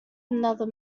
another